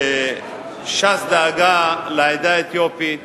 שש"ס דאגה לעדה האתיופית